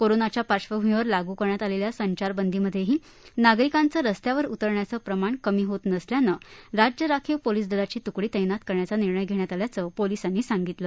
कोरोनाच्या पार्श्वभूमीवर लागू करण्यात आलेल्या संचारबंदीमध्येही नागरिकांचं रस्त्यावर उतरण्याचं प्रमाण कमी होत नसल्यानं राज्य राखीव पोलिस दलाची त्कडी तैनात करण्याचा निर्णय घेण्यात आल्याचं पोलिसांनी सांगितलं